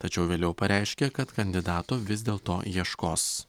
tačiau vėliau pareiškė kad kandidato vis dėlto ieškos